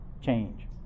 change